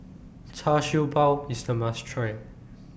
Char Siew Bao IS A must Try